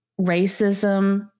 racism